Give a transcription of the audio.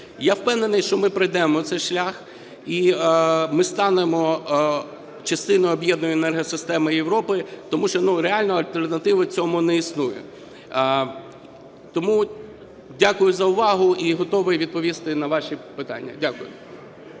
Я впевнений, що ми пройдемо цей шлях і ми станемо частиною об'єднаної енергосистеми Європи, тому що реально альтернативи цьому не існує. Тому дякую за увагу і готовий відповісти на ваші питання. Дякую.